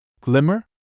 Glimmer